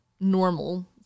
normal